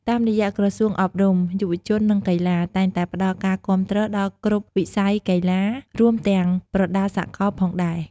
តាមរយៈក្រសួងអប់រំ យុវជន និងកីឡា តែងតែផ្តល់ការគាំទ្រដល់គ្រប់វិស័យកីឡា រួមទាំងប្រដាល់សកលផងដែរ។